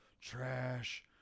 trash